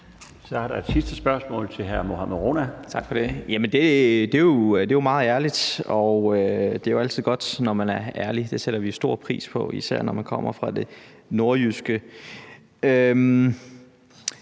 Der et sidste spørgsmål til hr. Mohammad Rona. Kl. 12:50 Mohammad Rona (M): Tak for det. Jamen det er jo meget ærligt, og det er altid godt, når man er ærlig. Det sætter vi stor pris på, især når man kommer fra det nordjyske.